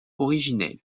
originel